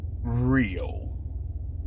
real